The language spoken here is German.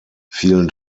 vielen